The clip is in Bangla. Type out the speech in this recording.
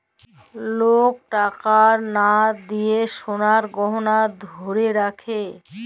লক টাকার লা দিঁয়ে সলার গহলা ধ্যইরে রাখে